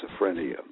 schizophrenia